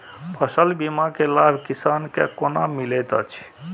फसल बीमा के लाभ किसान के कोना मिलेत अछि?